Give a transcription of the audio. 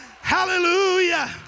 Hallelujah